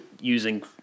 using